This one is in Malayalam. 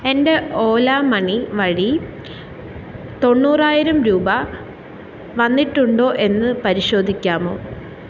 എന്റെ ഓലാ മണി വഴി തൊണ്ണൂറായിരം രൂപ വന്നിട്ടുണ്ടോ എന്ന് പരിശോധിക്കാമോ